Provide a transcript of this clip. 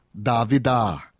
Davida